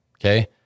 Okay